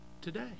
today